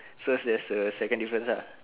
so there's a second difference lah